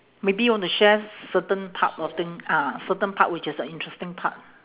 maybe you want to share certain part of thing ah certain part which is the interesting part